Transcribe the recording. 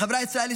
החברה הישראלית,